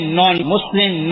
non-Muslim